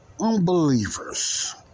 unbelievers